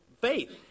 faith